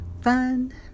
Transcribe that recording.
fun